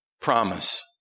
promise